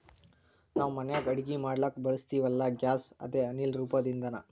ನಾವ್ ಮನ್ಯಾಗ್ ಅಡಗಿ ಮಾಡ್ಲಕ್ಕ್ ಬಳಸ್ತೀವಲ್ಲ, ಗ್ಯಾಸ್ ಅದೇ ಅನಿಲ್ ರೂಪದ್ ಇಂಧನಾ